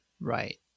Right